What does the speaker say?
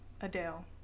Adele